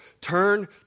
turn